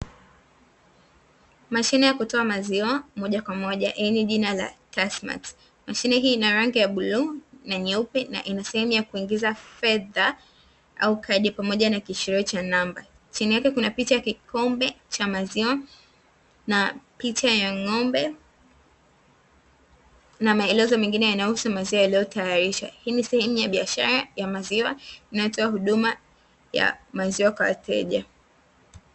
Mashine ya kutoa maziwa mojakwamoja yenye jina la TASSMATT. Mashine hii ina rangi ya bluu na nyeupe, na inasehemu ya kuingiza fedha au kadi, pamoja na kiashirio cha namba, chini yake ina picha ya kikombe cha maziwa, picha ya ng'ombe na maelezo mengine yanayohusu maziwa yaliyotayarishwa. Hii ni sehemu ya biashara ya maziwa inayotoa huduma ya maziwa kwa wateja.